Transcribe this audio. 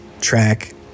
track